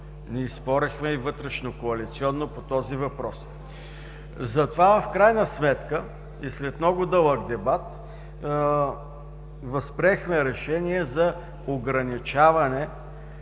Спорихме и вътрешнокоалиционно по този въпрос. В крайна сметка и след много дълъг дебат възприехме решение за ограничаване